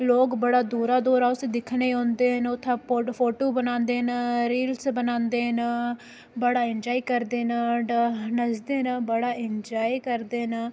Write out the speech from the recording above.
लोग बड़ा दूरा दूरा उसी दिक्खने गी औंदे न उत्थै फोटू बनांदे न रील्स बनांदे न बड़ा इंजाय करदे न नचदे न बड़ा इंजाय करदे न